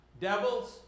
Devils